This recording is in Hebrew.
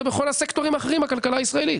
בכל הסקטורים האחרים בכלכלה הישראלית.